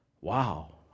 Wow